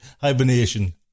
hibernation